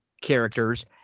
characters